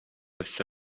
өссө